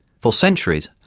for centuries,